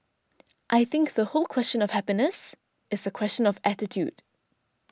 I think the whole question of happiness is a question of attitude